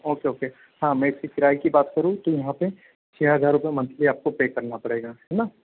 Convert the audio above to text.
okay okay हाँ में इसके किराए कि बात करूँ तो यहाँ पे छ हजार रुपए मंथली ये आपको पे करना पड़ेगा है ना